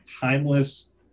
timeless